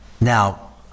now